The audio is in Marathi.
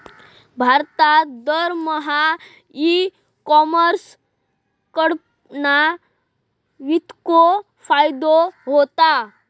भारतात दरमहा ई कॉमर्स कडणा कितको फायदो होता?